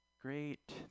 Great